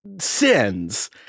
sins